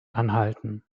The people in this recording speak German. anhalten